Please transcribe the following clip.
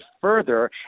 further